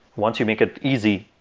once you make it easy,